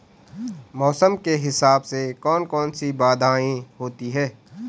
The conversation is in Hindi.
मौसम के हिसाब से कौन कौन सी बाधाएं होती हैं?